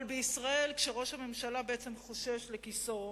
אבל בישראל, כשראש הממשלה בעצם חושש לכיסאו,